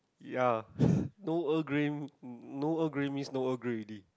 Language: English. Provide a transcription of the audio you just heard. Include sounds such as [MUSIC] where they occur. ya [BREATH] no Earl Grey no Earl Grey means no Earl Grey already